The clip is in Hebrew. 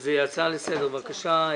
הצעה לסדר, בבקשה,